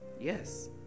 Yes